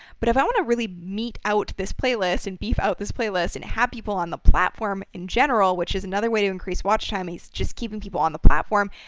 but if i want to really mete out this playlist and beef out this playlist and have people on the platform in general, which is another way to increase watch time, is just keeping people on the platform,